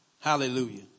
Hallelujah